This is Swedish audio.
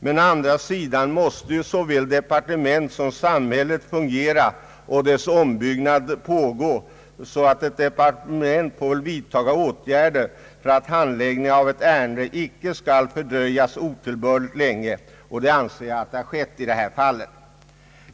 Men å andra sidan måste ju såväl departementet som samhället fungera och samhällets ombyggnad pågå — ett departement får väl vidtaga åtgärder för att handläggningen av ett ärende icke skall fördröjas otillbörligt länge, så som skett i detta fall enligt min mening.